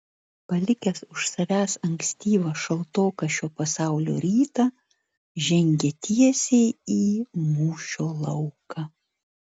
palikęs už savęs ankstyvą šaltoką šio pasaulio rytą žengė tiesiai į mūšio lauką